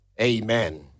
Amen